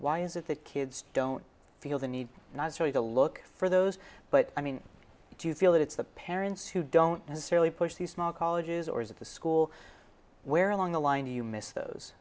why is it that kids don't feel the need for you to look for those but i mean do you feel that it's the parents who don't necessarily push the small colleges or is it the school where along the line do you miss those